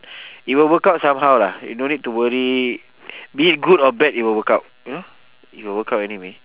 it will work out somehow lah you no need to worry be it good or bad it will work out you know it will work out anyway